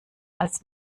als